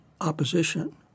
opposition